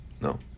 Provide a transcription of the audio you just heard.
No